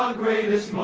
um graves.